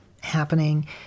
happening